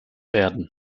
werden